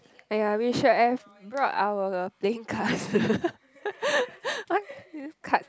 !aiya! we should have brought our play cards card